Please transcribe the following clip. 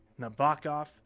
Nabokov